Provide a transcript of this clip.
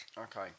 okay